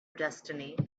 destiny